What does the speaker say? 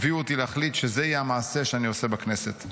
הביאו אותי להחליט שזה יהיה המעשה שאני עושה בכנסת.